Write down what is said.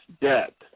debt